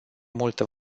multă